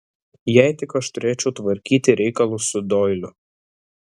jei tik aš turėčiau tvarkyti reikalus su doiliu